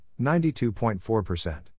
92.4%